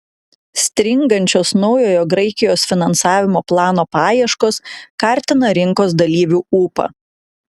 stringančios naujojo graikijos finansavimo plano paieškos kartina rinkos dalyvių ūpą